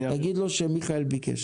תגיד לו שמיכאל ביקש.